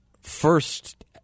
first